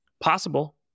possible